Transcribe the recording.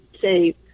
say